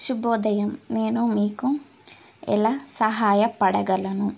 శుభోదయం నేను మీకు ఎలా సహాయపడగలను